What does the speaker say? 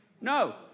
No